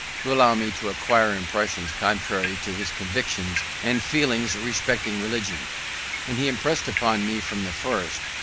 to allow me to acquire impressions contrary to his convictions and feelings respecting religion and he impressed upon me from the first,